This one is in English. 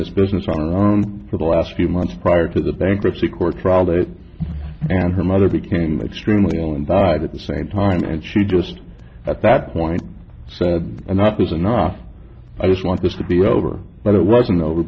this business our own for the last few months prior to the bankruptcy court trial date and her mother became extremely ill and died at the same time and she just at that point said enough is enough i just want this to be over but it wasn't over